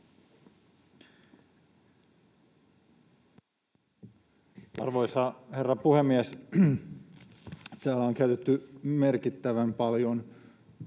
Arvoisa herra puhemies! Täällä on käytetty merkittävän paljon